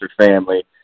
family